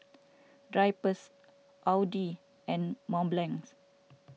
Drypers Audi and Mont Blanc